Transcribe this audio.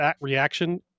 reaction